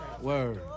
Word